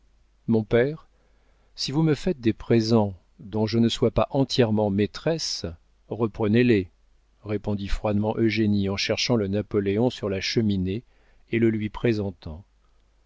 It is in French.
mon père si vous me faites des présents dont je ne sois pas entièrement maîtresse reprenez-les répondit froidement eugénie en cherchant le napoléon sur la cheminée et le lui présentant